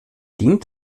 dient